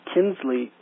Kinsley